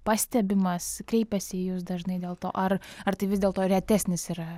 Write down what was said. pastebimas kreipiasi į jus dažnai dėl to ar ar tai vis dėlto retesnis yra pasireiškimas